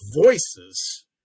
voices